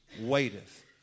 waiteth